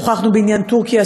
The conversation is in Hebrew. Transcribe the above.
שוחחנו בעניין טורקיה,